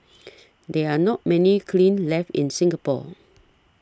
there are not many kilns left in Singapore